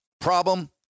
problem